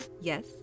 yes